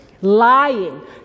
lying